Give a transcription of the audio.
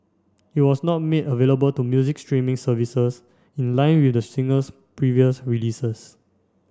it was not made available to music streaming services in line with the singer's previous releases